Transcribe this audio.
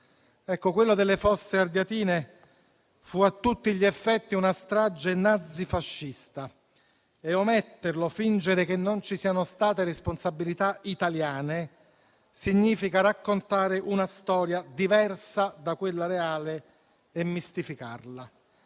quella delle Fosse Ardeatine fu a tutti gli effetti una strage nazifascista e ometterlo o fingere che non ci siano state responsabilità italiane significa raccontare una storia diversa da quella reale e mistificarla.